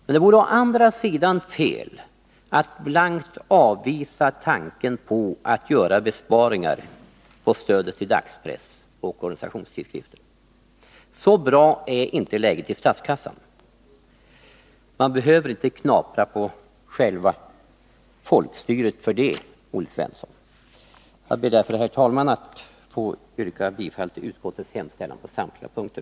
Men det vore å andra sidan fel att blankt avvisa tanken på att göra besparingar i stödet till dagspress och organisationstidskrifter. Så bra är inte läget i statskassan. Man behöver för den skull inte knapra på själva folkstyret, Olle Svensson. Jag ber, herr talman, att få yrka bifall till utskottets hemställan på samtliga punkter.